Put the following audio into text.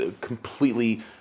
completely